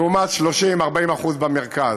לעומת 30% 40% במרכז?